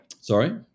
Sorry